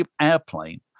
Airplane